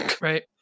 right